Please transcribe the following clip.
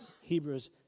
Hebrews